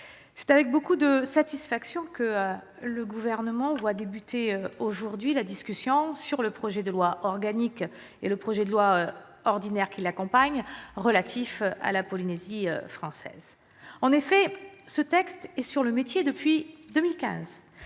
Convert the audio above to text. c'est avec beaucoup de satisfaction que le Gouvernement voit commencer aujourd'hui la discussion sur le projet de loi organique, et le projet de loi ordinaire qui l'accompagne, relatif à la Polynésie française. En effet, ce texte est sur le métier depuis 2015.